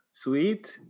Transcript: Sweet